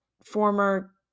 former